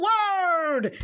Word